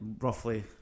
roughly